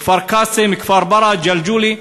כפר-קאסם, כפר-ברא, ג'לג'וליה,